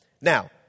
Now